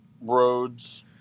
roads